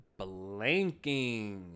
blanking